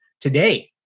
today